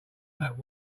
that